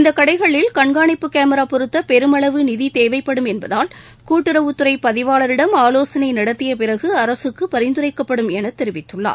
இந்த கடைகளில் கண்காணிப்பு கேமிரா பொருத்த பெருமளவு நிதி தேவைப்படும் என்பதால் கூட்டுறவுத்துறை பதிவாளரிடம் ஆலோசனை நடத்தியபிறகு அரசுக்கு பரிந்துரைக்கப்படும் என தெரிவித்துள்ளார்